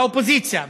באופוזיציה,